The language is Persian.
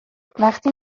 وقتی